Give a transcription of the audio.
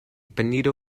benito